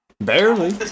Barely